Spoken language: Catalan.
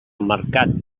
mercat